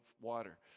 water